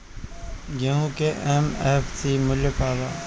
गेहू का एम.एफ.सी मूल्य का बा?